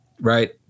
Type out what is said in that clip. right